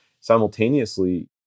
simultaneously